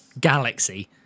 galaxy